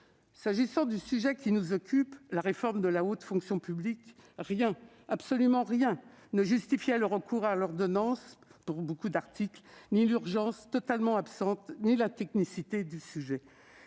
S'agissant du sujet qui nous occupe, la réforme de la haute fonction publique, rien, absolument rien ne justifiait le recours à l'ordonnance pour nombre d'articles, ni l'urgence, totalement absente, ni la technicité du sujet.